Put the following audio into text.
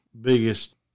biggest